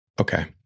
Okay